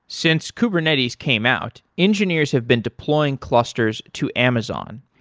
since kubernetes came out, engineers have been deploying clusters to amazon.